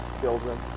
children